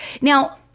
Now